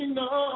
no